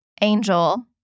Angel